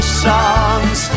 songs